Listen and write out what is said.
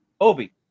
Obi